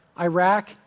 Iraq